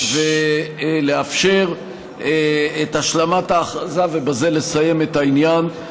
ולאפשר את השלמת ההכרזה, ובזה לסיים את העניין.